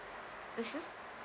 mmhmm